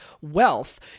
wealth